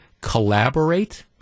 collaborate